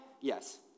Yes